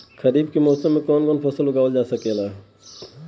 खरीफ के मौसम मे कवन कवन फसल उगावल जा सकेला?